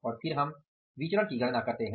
और फिर हम विचरण की गणना करते हैं